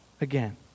again